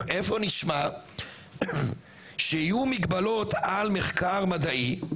איפה נשמע שיהיו מגבלות על מחקר מדעי,